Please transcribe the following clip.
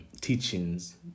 teachings